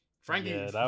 Frankie